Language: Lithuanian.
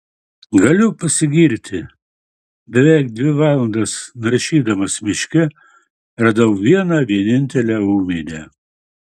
galiu pasigirti beveik dvi valandas naršydamas miške radau vieną vienintelę ūmėdę